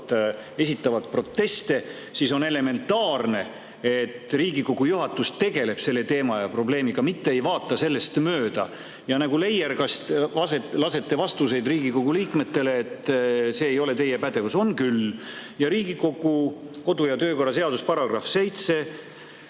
esitavad proteste, siis on elementaarne, et Riigikogu juhatus tegeleb selle teema ja probleemiga, mitte ei vaata sellest mööda. Te nagu leierkast lasete vastuseid Riigikogu liikmetele, et see ei ole teie pädevus. On küll! Riigikogu kodu- ja töökorra seaduse §